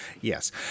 yes